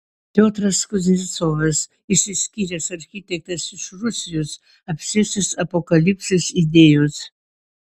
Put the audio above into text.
piotras kuznecovas išsiskyręs architektas iš rusijos apsėstas apokalipsės idėjos